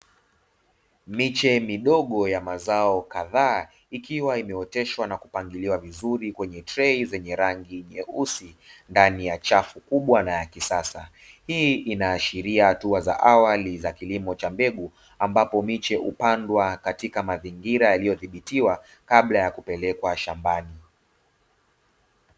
Miche midogo ya mazao kadhaa ikiwa imeoteshwa na kupangiliwa vizuri kwenye trei zenye rangi nyeusi, ndani ya chafu kubwa na la kisasa. Hii inaashiria hatua za awali za kilimo cha mbegu, ambapo miche hupandwa katika mazingira yaliyodhibitiwa kabla ya kupelekwa shambani.